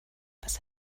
was